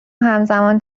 همزمان